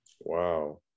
Wow